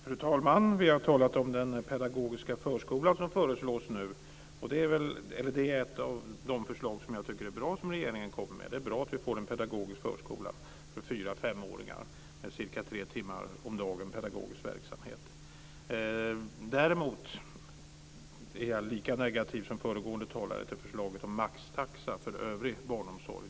Fru talman! Vi har talat om den pedagogiska förskola som nu föreslås. Det är ett av de förslag som regeringen kommer med som jag tycker är bra. Det är bra att vi får en pedagogisk förskola för 4-5-åringar med cirka tre timmars pedagogisk verksamhet om dagen. Däremot är jag lika negativ som föregående talare till förslaget om maxtaxa för övrig barnomsorg.